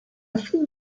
think